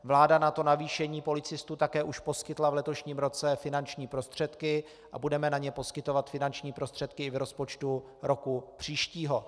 Vláda na to navýšení policistů také už poskytla v letošním roce finanční prostředky a budeme na ně poskytovat finanční prostředky i v rozpočtu roku příštího.